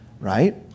right